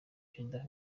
perezida